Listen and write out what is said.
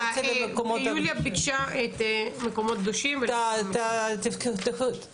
יוליה מלינובסקי (יו"ר ועדת מיזמי תשתית לאומיים מיוחדים ושירותי דת